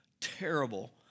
terrible